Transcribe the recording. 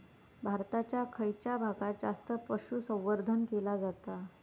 भारताच्या खयच्या भागात जास्त पशुसंवर्धन केला जाता?